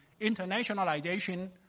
internationalization